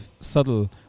subtle